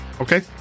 Okay